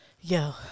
Yo